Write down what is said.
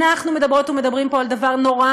אנחנו מדברות ומדברים פה על דבר נורא